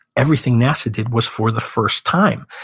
everything nasa did was for the first time.